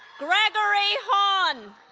gregory han